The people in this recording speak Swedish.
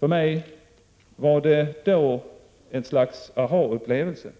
För mig var det då ett slags aha-upplevelse.